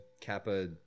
Kappa